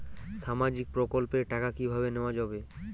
সামাজিক প্রকল্পের টাকা কিভাবে নেওয়া যাবে?